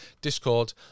discord